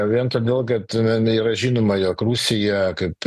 vien todėl kad na na yra žinoma jog rusija kad